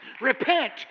Repent